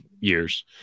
years